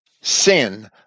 Sin